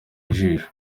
ijisho